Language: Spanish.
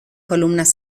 columnas